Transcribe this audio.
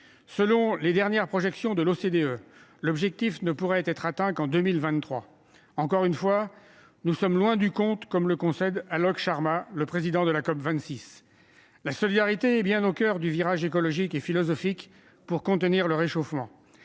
Selon les dernières projections de l'OCDE, l'objectif ne pourrait être atteint qu'en 2023 ! Encore une fois, nous sommes loin du compte, comme le concède Alok Sharma, le président de la COP26. La solidarité est bien au coeur du virage écologique et philosophique nécessaire pour contenir le réchauffement.